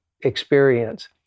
experience